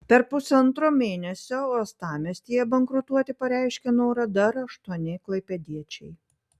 per pusantro mėnesio uostamiestyje bankrutuoti pareiškė norą dar aštuoni klaipėdiečiai